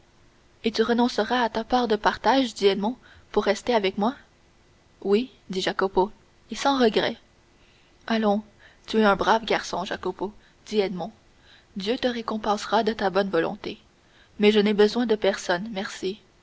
et tu renonceras à ta part de partage dit edmond pour rester avec moi oui dit jacopo et sans regret allons tu es un brave garçon jacopo dit edmond dieu te récompensera de ta bonne volonté mais je n'ai besoin de personne merci